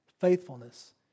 faithfulness